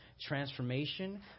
transformation